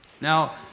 Now